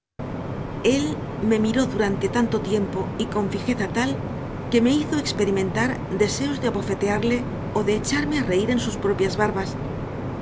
él me miró durante tanto tiempo y con fijeza tal que me hizo experimentar deseos de abofetearle o de echarme a reír en sus propias barbas